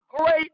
great